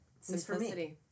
Simplicity